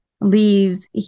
leaves